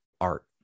art